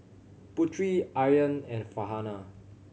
Putri Aryan and Farhanah